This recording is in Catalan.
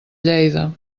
lleida